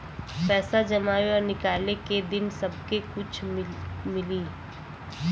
पैसा जमावे और निकाले के दिन सब्बे कुछ मिली